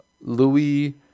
Louis